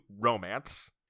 romance